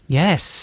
yes